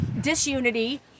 disunity